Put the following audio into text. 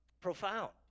profound